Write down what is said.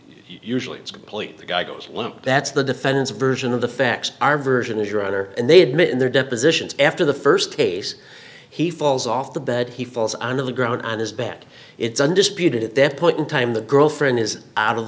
usually it's complete the guy goes limp that's the defendant's version of the facts our version is your honor and they admit in their depositions after the st case he falls off the bed he falls on the ground on his back it's undisputed at that point in time the girlfriend is out of